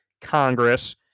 congress